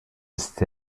ist